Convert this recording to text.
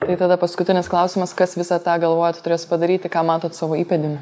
tai tada paskutinis klausimas kas visą tą galvojat turės padaryti ką matot savo įpėdiniu